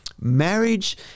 Marriage